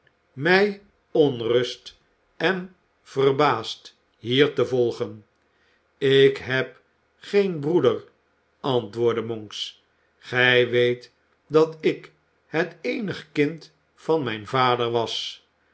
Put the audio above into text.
mij onthutst en verbaasd hier te volgen ik heb geen broeder antwoordde monks gij weet dat ik het eenig kind van mijn vader was